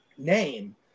name